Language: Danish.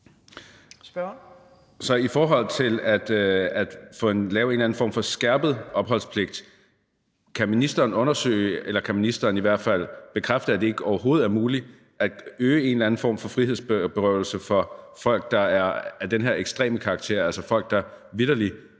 I forhold til at lave en eller anden form for skærpet opholdspligt kan ministeren så undersøge eller i hvert fald bekræfte, at det overhovedet ikke er muligt at øge en eller anden form for frihedsberøvelse for folk, der er af den her ekstreme karakter, altså folk, der vitterlig